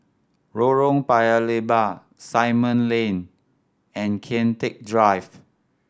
Lorong Paya Lebar Simon Lane and Kian Teck Drive